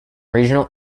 regional